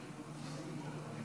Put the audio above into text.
מה דברי הבלע?